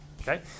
Okay